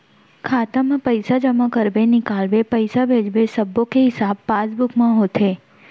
खाता म पइसा जमा करबे, निकालबे, पइसा भेजबे सब्बो के हिसाब पासबुक म होथे